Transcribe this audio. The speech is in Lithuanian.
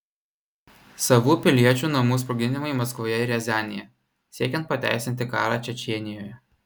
savų piliečių namų sprogdinimai maskvoje ir riazanėje siekiant pateisinti karą čečėnijoje